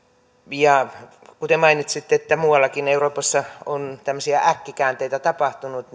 ja kuten mainitsitte muuallakin euroopassa on tämmöisiä äkkikäänteitä tapahtunut